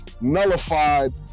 nullified